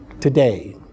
today